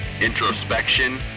introspection